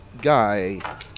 guy